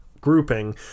grouping